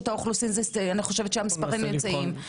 אני חושבת שהמספרים נמצאים ברשות האוכלוסין.